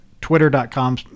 Twitter.com